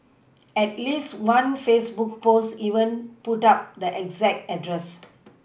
at least one Facebook post even put up the exact address